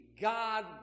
God